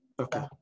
Okay